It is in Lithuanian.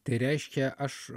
tai reiškia aš